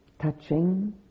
Touching